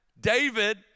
David